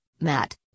Matt